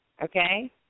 Okay